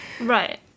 Right